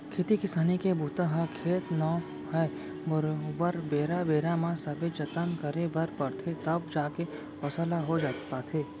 खेती किसानी के बूता ह खेत नो है बरोबर बेरा बेरा म सबे जतन करे बर परथे तव जाके फसल ह हो पाथे